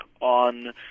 on